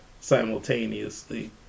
simultaneously